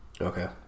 okay